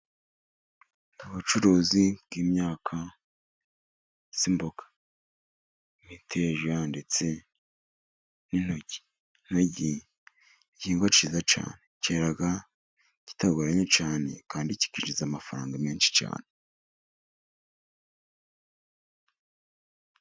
Ubucuruzi bw'imyaka y'imboga. Imiteja ndetse n'intoryi. Intoryi ni igihingwa kiza cyane. Kera kitagoranye cyane, kandi kikinjiza amafaranga menshi cyane.